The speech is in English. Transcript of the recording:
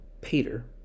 Peter